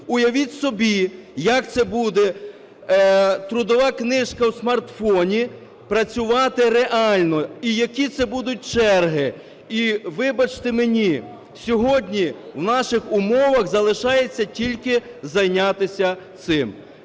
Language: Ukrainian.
Уявіть собі, як ця буде "трудова книжка в смартфоні" працювати реально, і які це будуть черги. І, вибачте мені, сьогодні в наших умовах залишається тільки зайнятися цим.